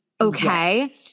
Okay